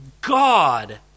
God